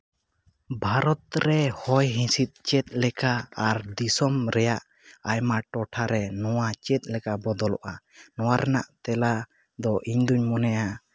ᱵᱷᱟᱨᱚᱛ ᱨᱮ ᱦᱚᱭ ᱦᱤᱸᱥᱤᱫ ᱪᱮᱫ ᱞᱮᱠᱟ ᱟᱨ ᱫᱤᱥᱚᱢ ᱨᱮᱭᱟᱜ ᱟᱭᱢᱟ ᱴᱚᱴᱷᱟᱨᱮ ᱱᱚᱣᱟ ᱪᱮᱫ ᱞᱮᱠᱟ ᱵᱚᱫᱚᱞᱚᱜᱼᱟ ᱱᱚᱣᱟ ᱨᱮᱱᱟᱜ ᱛᱮᱞᱟ ᱫᱚ ᱤᱧᱫᱩᱧ ᱢᱚᱱᱮᱭᱟ